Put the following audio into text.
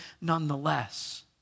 nonetheless